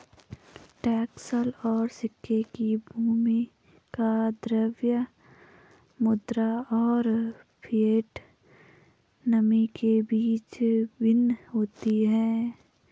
टकसाल और सिक्के की भूमिका द्रव्य मुद्रा और फिएट मनी के बीच भिन्न होती है